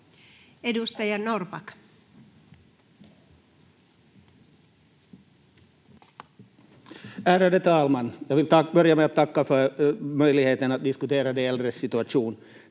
17:23 Content: Ärade talman! Jag vill börja med att tacka för möjligheten att diskutera de äldres situation.